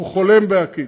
הוא חולם בהקיץ,